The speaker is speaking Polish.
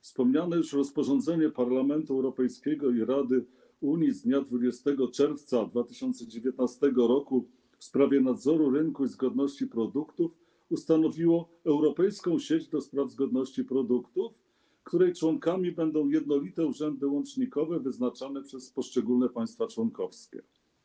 Wspomniane już rozporządzenie Parlamentu Europejskiego i Rady Unii z dnia 20 czerwca 2019 r. w sprawie nadzoru rynku i zgodności produktów ustanowiło europejską sieć do spraw zgodności produktów, której członkami będą jednolite urzędy łącznikowe wyznaczone przez poszczególne państwa członkowskie.